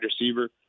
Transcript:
receiver